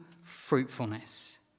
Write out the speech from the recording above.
fruitfulness